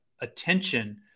attention